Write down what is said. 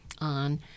on